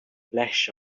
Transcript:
flash